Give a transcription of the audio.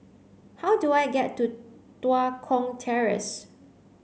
how do I get to Tua Kong Terrace